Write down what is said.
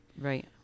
right